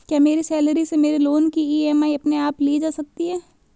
क्या मेरी सैलरी से मेरे लोंन की ई.एम.आई अपने आप ली जा सकती है?